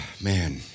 Man